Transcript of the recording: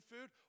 food